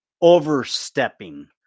overstepping